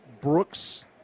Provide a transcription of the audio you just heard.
Brooks